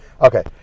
Okay